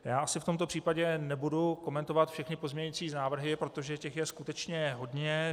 Já asi v tomto případě nebudu komentovat všechny pozměňující návrhy, protože těch je skutečně hodně.